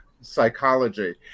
psychology